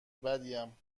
بدیم